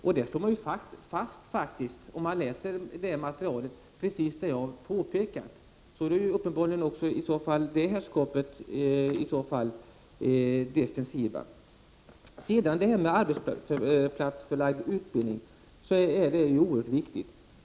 I det materialet slås faktiskt det fast som jag påpekade. I så fall är uppenbarligen också det herrskapet defensivt. Arbetsplatsförlaga utbildning är oerhört viktig.